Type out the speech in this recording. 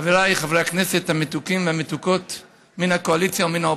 חבריי חברי הכנסת המתוקים והמתוקות מן הקואליציה ומן האופוזיציה,